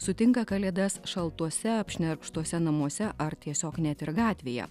sutinka kalėdas šaltuose apšnerkštuose namuose ar tiesiog net ir gatvėje